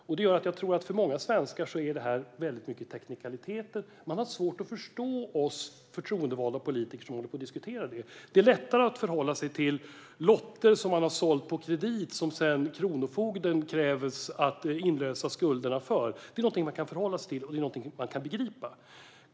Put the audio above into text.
Jag tror att detta för många svenskar är mycket teknikaliteter. Man har svårt att förstå oss förtroendevalda politiker som håller på att diskutera detta. Det är lättare att förhålla sig till lotter som har sålts på kredit och som det sedan krävs att Kronofogden inlöser skulderna för. Det är någonting som man kan förhålla sig till, och det är någonting som man kan begripa.